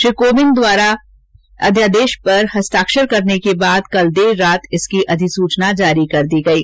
श्री कोविंद द्वारा अध्यादेश पर हस्ताक्षर करने के बाद कल देर रात इसकी अधिसूचना जारी कर दी गयी